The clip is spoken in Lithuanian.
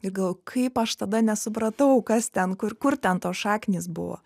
ir galvoju kaip aš tada nesupratau kas ten kur kur ten tos šaknys buvo